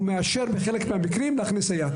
הוא מאשר בחלק מהמקרים להכניס סייעת.